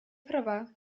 права